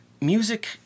music